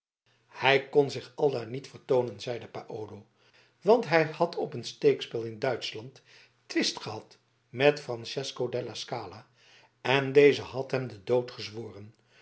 hij kon zich aldaar niet vertoonen zeide paolo want hij had op een steekspel in duitschland twist gehad met francesco della scala en deze had hem den dood gezworen